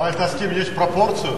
אבל תסכים, יש פרופורציות.